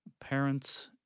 parents